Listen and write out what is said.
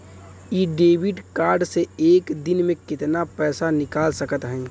इ debit card से एक दिन मे कितना पैसा निकाल सकत हई?